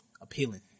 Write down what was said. appealing